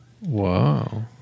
Wow